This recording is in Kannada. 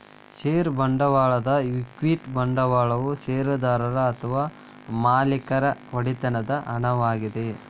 ಷೇರು ಬಂಡವಾಳದ ಈಕ್ವಿಟಿ ಬಂಡವಾಳವು ಷೇರುದಾರರು ಅಥವಾ ಮಾಲೇಕರ ಒಡೆತನದ ಹಣವಾಗಿದೆ